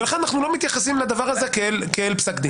ולכן אנחנו לא מתייחסים לדבר הזה כאל פסק דין.